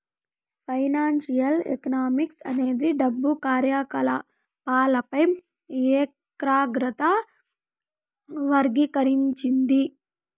financial economics అనేది డబ్బు కార్యకాలపాలపై ఏకాగ్రత వర్గీకరించింది